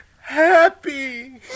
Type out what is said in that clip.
happy